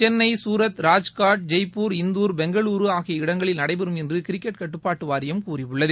சென்னை சூரத் ராஜ்கோட் ஜெய்ப்பூர் இந்தூர் பெங்களூருஆகிய இடங்களில் நடபெறும் என்றுகிரிக்கெட் கட்டுப்பாட்டுவாரியம் கூறியுள்ளது